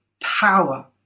power